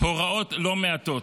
הוראות לא מעטות,